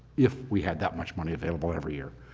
if we had that much money available every year,